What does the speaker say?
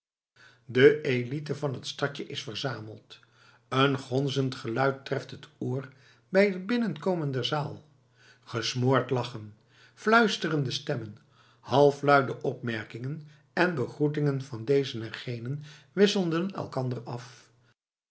de élite van het stadje is verzameld een gonzend geluid treft het oor bij het binnenkomen der zaal gesmoord lachen fluisterende stemmen halfluide opmerkingen en begroetingen van dezen en genen wisselen elkander af